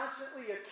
constantly